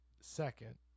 second